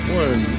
one